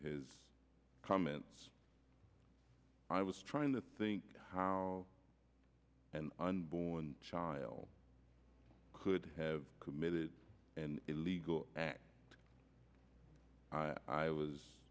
his comments i was trying to think how an unborn child could have committed an illegal i was